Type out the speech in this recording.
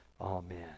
Amen